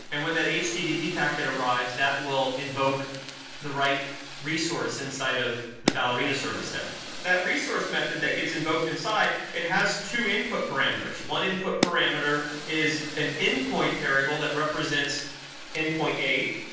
and when that http packet arrives, that will invoke the right resource inside of the ballerina service there that resource method that gets invoked inside, it has two input parameters one input parameter is an endpoint variable that represents endpoint a,